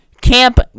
Camp